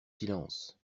silence